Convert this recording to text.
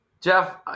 jeff